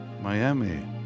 Miami